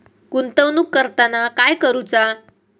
गुंतवणूक करताना काय करुचा?